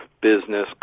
business